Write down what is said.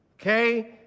Okay